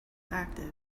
active